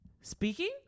Speaking